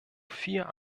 vier